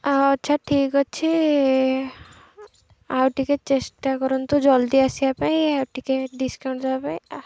ଆଚ୍ଛା ଠିକ୍ ଅଛି ଆଉ ଟିକେ ଚେଷ୍ଟା କରନ୍ତୁ ଜଲ୍ଦି ଆସିବା ପାଇଁ ଆଉ ଟିକେ ଡିସ୍କାଉଣ୍ଟ ଦେବା ପାଇଁ